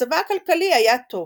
ומצבה הכלכלי היה טוב.